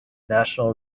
national